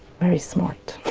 very smart.